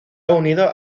unido